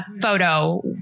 photo